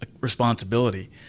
responsibility –